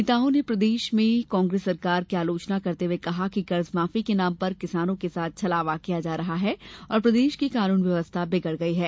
नेताओं ने प्रदेश में कांग्रेस सरकार की आलोचना करते हुये कहा कि कर्ज माफी के नाम पर किसानों के साथ छलावा किया जा रहा है और प्रदेश की कानून व्यवस्था बिगड़ गई है